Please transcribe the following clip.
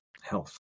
health